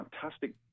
fantastic